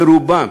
רובם,